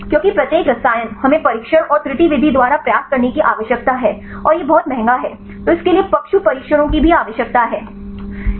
क्योंकि प्रत्येक रसायन हमें परीक्षण और त्रुटि विधि द्वारा प्रयास करने की आवश्यकता है और यह बहुत महंगा है तो इसके लिए पशु परीक्षणों की भी आवश्यकता है